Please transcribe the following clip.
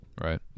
right